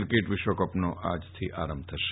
cricket વિશ્વકપનો આજથી આરંભ થશે